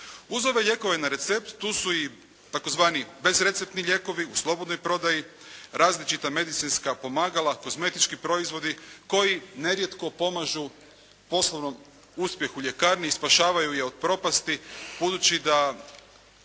Uz ove lijekove na recept tu su i tzv. bezreceptni lijekovi u slobodnoj prodaji, različita medicinska pomagala, kozmetički proizvodi koji nerijetko pomažu poslovnom uspjehu ljekarni i spašavaju je od propasti budući da